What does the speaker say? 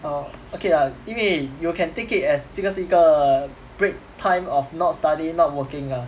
oh okay lah 因为 you can take it as 这个是一个 err break time of not study not working ah